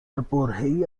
برههای